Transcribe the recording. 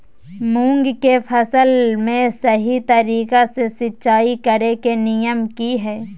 मूंग के फसल में सही तरीका से सिंचाई करें के नियम की हय?